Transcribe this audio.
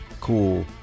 cool